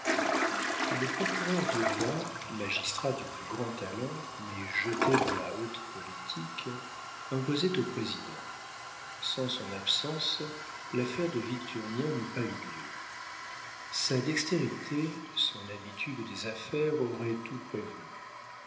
le procureur du roi magistrat du plus grand talent mais jeté dans la haute politique imposait au président sans son absence l'affaire de victurnien n'eût pas eu lieu sa dextérité son habitude des affaires auraient tout prévenu